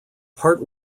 part